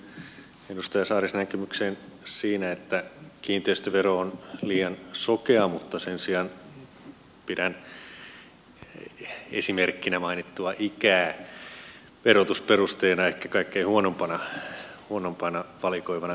yhdyn edustaja saarisen näkemykseen siinä että kiinteistövero on liian sokea mutta sen sijaan pidän esimerkkinä mainittua ikää verotusperusteena ehkä kaikkein huonoimpana valikoivana tekijänä